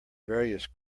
various